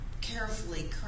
carefully